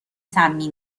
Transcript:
سمی